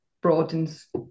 broadens